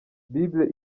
bible